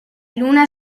luna